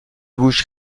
bouches